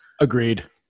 Agreed